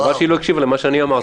חבל שהיא לא הקשיבה למה שאני אמרתי,